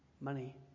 Money